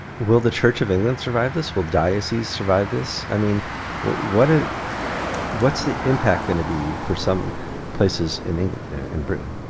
will the church of england survive this? will dioceses survive this? i mean well what are what's the impact going to be for some places in england and britain?